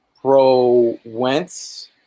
pro-Wentz